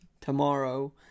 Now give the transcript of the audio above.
tomorrow